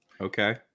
okay